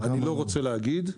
אני לא רוצה להגיד,